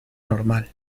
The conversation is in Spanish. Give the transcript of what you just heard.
normal